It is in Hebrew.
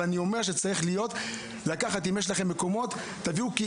אבל אני אומר שאם יש לכם מקומות תביאו לשם,